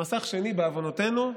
ומסך שני, בעוונותינו,